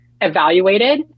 evaluated